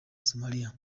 somalia